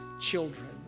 children